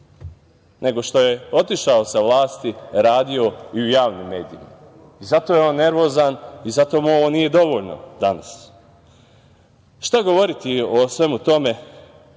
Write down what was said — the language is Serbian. nego što je otišao sa vlasti radio i u javnim medijima. Zato je on nervozan i zato mu ovo nije dovoljno danas. Šta govoriti o svemu tome,